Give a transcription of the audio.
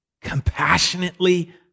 compassionately